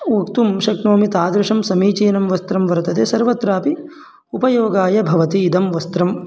वक्तुं शक्नोमि तादृशं समीचीनं वस्त्रं वर्तते सर्वत्रापि उपयोगाय भवति इदं वस्त्रम्